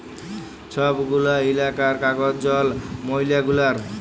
ছব গুলা ইলাকার কাজ জল, ময়লা গুলার